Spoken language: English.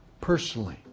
personally